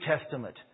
Testament